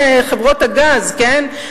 חברות הגז על טובת המדינה.